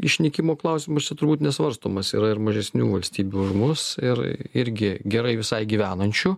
išnykimo klausimas čia turbūt nesvarstomas yra ir mažesnių valstybių už mus ir irgi gerai visai gyvenančių